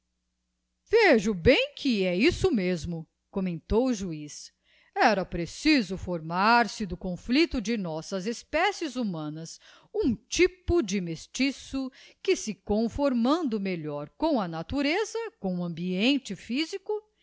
vejo bem que é isso mesmo commentou o juiz era preciso formar-se do conflicto de nossas espécies humanas um typo de mestiço que se conformando melhor com a natureza com o ambiente physico